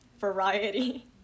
variety